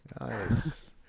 Nice